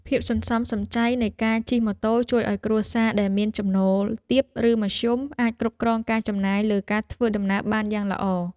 ភាពសន្សំសំចៃនៃការជិះម៉ូតូជួយឱ្យគ្រួសារដែលមានចំណូលទាបឬមធ្យមអាចគ្រប់គ្រងការចំណាយលើការធ្វើដំណើរបានយ៉ាងល្អ។